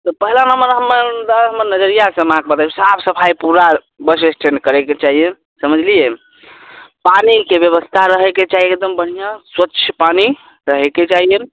तऽ पहिला नम्बर हमर तऽ हमर नजरिया सँ हम अहाँक बताबै साफ सफाइ पूरा बस स्टैण्ड करैके चाहिए समझलियै पानिके व्यवस्था रहैके चाही एकदम बढ़िऑं स्वच्छ पानि रहैके चाहियै